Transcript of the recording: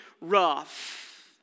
rough